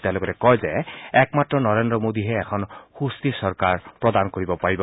তেওঁ লগতে কয় যে একমাত্ৰ নৰেন্দ্ৰ মোদীয়েহে এখন সুস্থিৰ চৰকাৰ প্ৰদান কৰিব পাৰিব